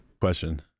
Question